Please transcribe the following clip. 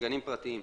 גנים פרטיים,